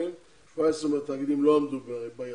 17 מהתאגידים לא עמדו ביעד.